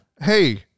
hey